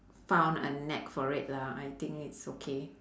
found a knack for it lah I think it's okay